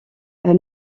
elle